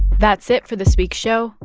that's it for this week's show.